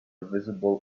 visible